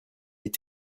est